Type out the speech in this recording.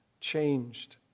changed